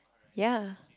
ya